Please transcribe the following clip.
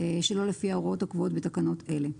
שלא לפי ההוראות הקבועות בתקנות אלה.